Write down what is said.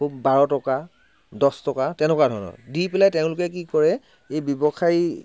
বাৰ টকা দছ টকা তেনেকুৱা ধৰণৰ দি পেলাই তেওঁলোকে কি কৰে এই ব্যৱসায়ী